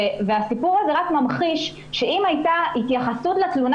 הסיפור הזה רק ממחיש שאם הייתה התייחסות לתלונה